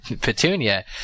Petunia